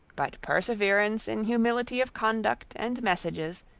but perseverance in humility of conduct and messages,